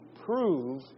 prove